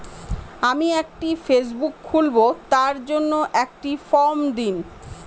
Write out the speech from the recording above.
আমি একটি ফেসবুক খুলব তার জন্য একটি ফ্রম দিন?